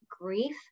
grief